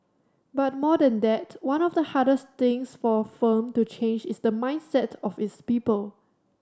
but more than that one of the hardest things for a firm to change is the mindset of its people